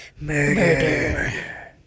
Murder